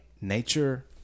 Nature